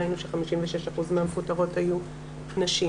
ראינו ש-56% מהמפוטרות היו נשים,